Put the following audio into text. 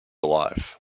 alive